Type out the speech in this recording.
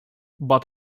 but